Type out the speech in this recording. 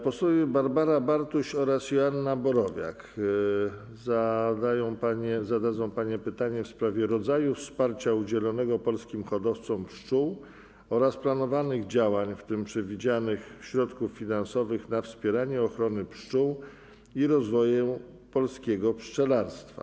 Posłanki Barbara Bartuś oraz Joanna Borowiak zadadzą pytanie w sprawie rodzaju wsparcia udzielonego polskim hodowcom pszczół oraz planowanych działań, w tym przewidzianych środków finansowych na wspieranie ochrony pszczół i rozwoju polskiego pszczelarstwa.